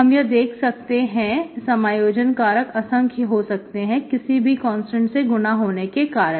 हम यह देख सकते हैं समायोजन कारक असंख्य हो सकते हैं किसी भी कांस्टेंट से गुणा होने के कारण